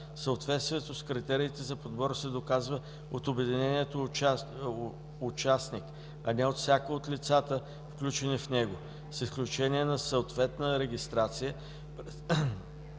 съответствието с критериите за подбор се доказва от обединението участник, а не от всяко от лицата, включени в него, с изключение на съответна регистрация,